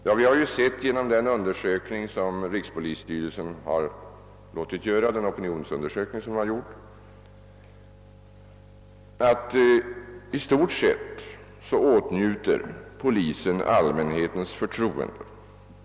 Ja, men det har ju genom den opinionsundersökning, som rikspolisstyrelsen låtit göra, framgått att polisen i stort sett åtnjuter allmänhetens förtroende.